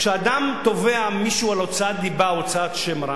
כשאדם היה תובע מישהו על הוצאת דיבה או הוצאת שם רע,